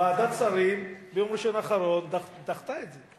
ועדת שרים ביום ראשון האחרון דחתה את זה.